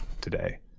today